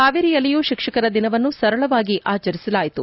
ಹಾವೇರಿಯಲ್ಲಿಯೂ ಶಿಕ್ಷಕರ ದಿನವನ್ನು ಸರಳವಾಗಿ ಆಚರಿಸಲಾಯಿತು